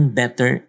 better